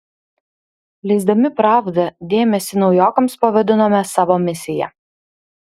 leisdami pravdą dėmesį naujokams pavadinome savo misija